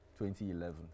2011